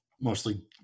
mostly